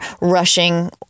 rushing